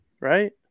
right